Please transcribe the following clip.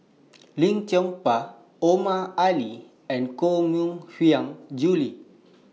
Lim Chong Pang Omar Ali and Koh Mui Hiang Julie